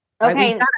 Okay